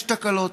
יש תקלות,